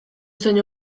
zein